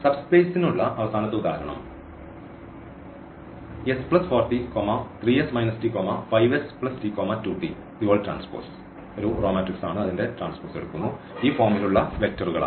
സബ്സ്പേസ്നുള്ള അവസാനത്തെ ഉദാഹരണം ഫോമിന്റെ വെക്റ്ററുകളാണ്